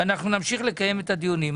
ואנחנו נמשיך לקיים את הדיונים.